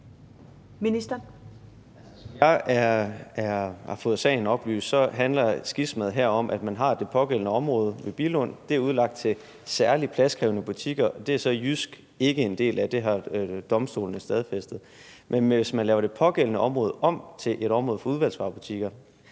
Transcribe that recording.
Som jeg har fået sagen oplyst, handler skismaet her om, at man har det pågældende område ved Billund. Det er udlagt til særlig pladskrævende butikker, og dem er JYSK så ikke en del af – det har domstolene stadfæstet. Men hvis man laver det pågældende område om til et område for udvalgsvarebutikker,